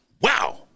Wow